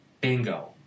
bingo